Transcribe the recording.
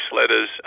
letters